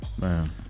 man